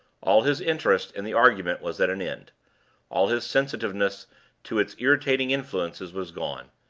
all his interest in the argument was at an end all his sensitiveness to its irritating influences was gone.